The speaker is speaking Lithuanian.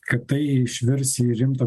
kad tai išvirs į rimtą